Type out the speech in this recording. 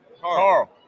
Carl